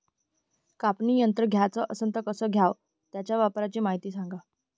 कापनी यंत्र घ्याचं असन त कस घ्याव? त्याच्या वापराची मायती सांगा